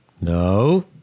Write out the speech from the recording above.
No